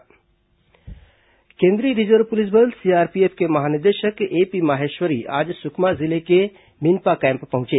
CRPF DG प्रवास केंद्रीय रिजर्व पुलिस बल सीआरपीएफ के महानिदेशक एपी माहेश्वरी आज सुकमा जिले के मिनपा कैम्प पहुंचे